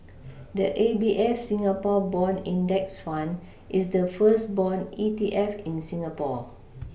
the A B F Singapore bond index fund is the first bond E T F in Singapore